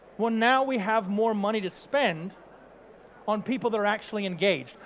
well now we have more money to spend on people that are actually engaged.